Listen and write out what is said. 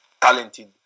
talented